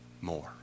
more